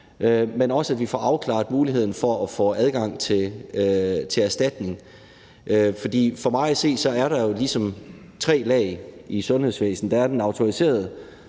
men også, at vi får afklaret muligheden for at få adgang til erstatning? For mig at se er der ligesom tre lag i sundhedsvæsenet: Der er det autoriserede